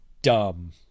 dumb